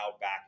back